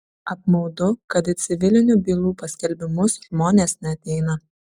apmaudu kad į civilinių bylų paskelbimus žmonės neateina